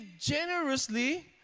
generously